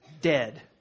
dead